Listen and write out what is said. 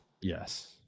Yes